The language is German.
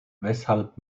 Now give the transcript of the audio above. weshalb